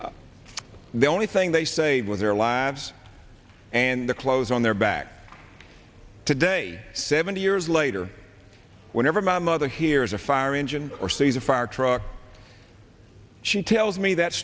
burned the only thing they say was their lives and the clothes on their back today seventy years later whenever my mother hears a fire engine or sees a fire truck she tells me that